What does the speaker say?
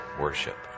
worship